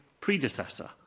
predecessor